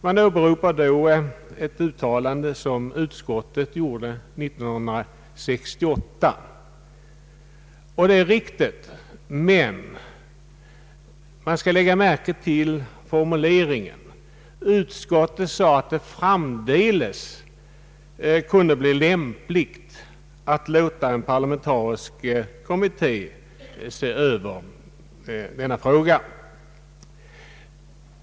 Man åberopar ett uttalande som utskottet gjorde 1968, och det är riktigt, men man skall lägga märke till formuleringen. Utskottet sade att det framdeles kunde bli lämpligt att låta en parlamentarisk utredning se över denna fråga.